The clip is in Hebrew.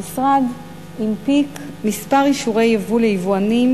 המשרד הנפיק כמה אישורי ייבוא ליבואנים